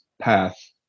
path